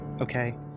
Okay